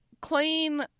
clean